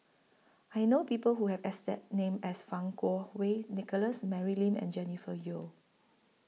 I know People Who Have exact name as Fang Kuo Wei Nicholas Mary Lim and Jennifer Yeo